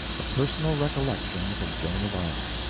the personal recollections of joan of arc.